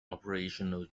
operational